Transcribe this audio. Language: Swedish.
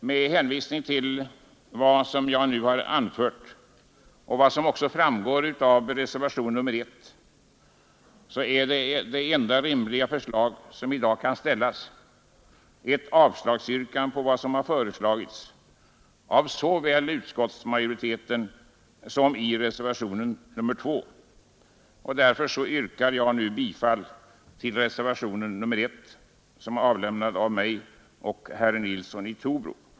Med hänvisning till vad jag nu har anfört och det som framgår av reservationen 1 vill jag säga att det enda rimliga yrkande som i dag kan ställas är om avslag på vad som föreslagits av såväl utskottsmajoriteten som av reservanterna i reservationen 2. Därför yrkar jag nu bifall till reservationen 1, som är avlämnad av mig och herr Nilsson i Trobro.